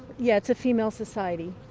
yeah it's a female society.